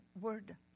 word